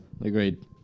agreed